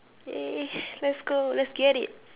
!yay! let's go let's get it